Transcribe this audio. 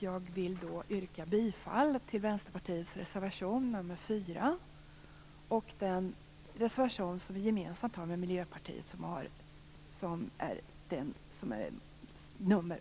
Jag vill yrka bifall till Vänsterpartiets reservation nr 4 och till den reservation som vi har gemensamt med Miljöpartiet, reservation nr 8.